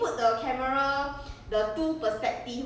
but you can't see anything what they going all so dark